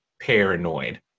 paranoid